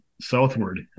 southward